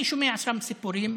אני שומע שם סיפורים